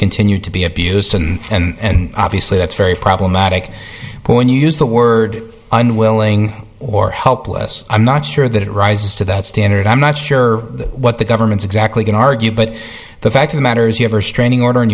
continued to be abused and obviously that's very problematic when you use the word unwilling or helpless i'm not sure that it rises to that standard i'm not sure what the governments exactly can argue but the fact of the matter is you have or straining order and